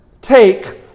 take